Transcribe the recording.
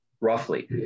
roughly